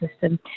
system